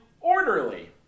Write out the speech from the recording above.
orderly